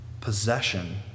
possession